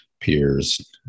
peers